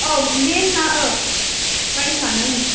औ मेना प्राइसानो ओं